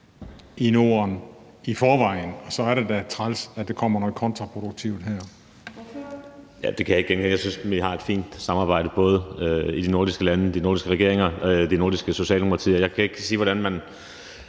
steder i Norden, og så er det da træls, at der kommer noget kontraproduktivt her.